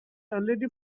already